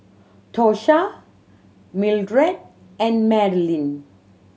Tosha Mildred and Madalynn